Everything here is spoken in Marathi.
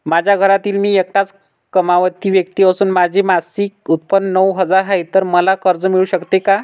माझ्या घरातील मी एकटाच कमावती व्यक्ती असून माझे मासिक उत्त्पन्न नऊ हजार आहे, तर मला कर्ज मिळू शकते का?